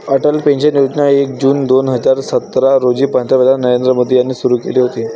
Atal pension योजना एक जून दोन हजार सतरा रोजी पंतप्रधान नरेंद्र मोदी यांनी सुरू केली होती